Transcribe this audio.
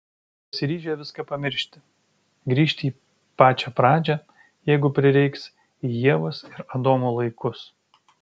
pasiryžę viską pamiršti grįžti į pačią pradžią jeigu prireiks į ievos ir adomo laikus